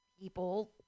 people